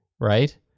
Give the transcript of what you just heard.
Right